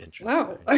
Wow